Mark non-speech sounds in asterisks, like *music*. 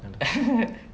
*laughs*